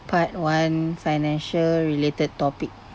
part one financial related topic